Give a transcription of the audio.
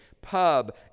pub